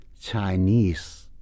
Chinese